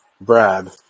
Brad